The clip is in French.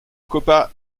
copa